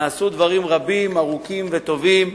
נעשו דברים רבים, ארוכים וטובים,